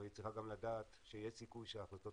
אבל היא צריכה לדעת שיש סיכוי שההחלטות